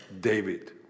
David